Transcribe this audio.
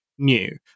new